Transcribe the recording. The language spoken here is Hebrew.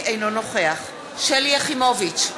אינו נוכח שלי יחימוביץ,